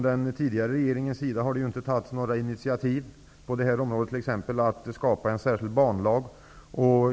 Den tidigare regeringen tog inga initiativ på detta område, t.ex. genom att skapa en särskild banlag.